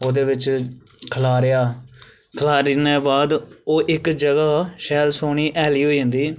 ओह्दे बिच खलारे हा खलारने बाद ओह् इक जगह शैल सोह्नी हैली होई जंदी